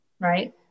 Right